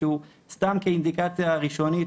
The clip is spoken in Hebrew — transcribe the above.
סתם כאינדיקציה ראשונית,